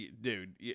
Dude